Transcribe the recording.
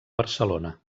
barcelona